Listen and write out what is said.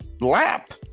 lap